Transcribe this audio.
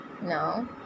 No